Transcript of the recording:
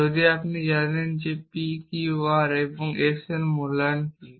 যদি আপনি জানেন যে pqr এবং s এর মূল্যায়ন কী